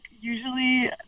usually